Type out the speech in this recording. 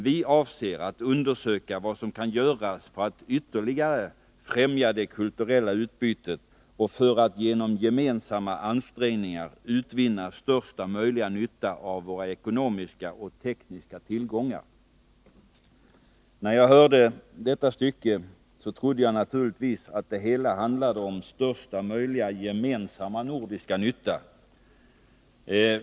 Vi avser att undersöka vad som kan göras för att ytterligare främja det kulturella utbytet och för att genom gemensamma ansträngningar utvinna största möjliga nytta av våra ekonomiska och tekniska tillgångar.” När jag hörde detta stycke, trodde jag naturligtvis att det hela handlade om största möjliga gemensamma nordiska nytta.